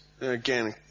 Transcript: again